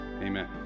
amen